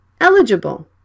Eligible